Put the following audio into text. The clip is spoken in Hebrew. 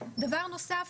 דבר נוסף,